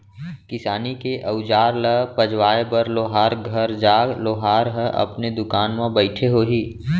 किसानी के अउजार ल पजवाए बर लोहार घर जा, लोहार ह अपने दुकान म बइठे होही